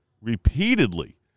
repeatedly